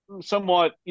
somewhat